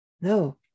No